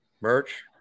Merch